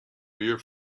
beer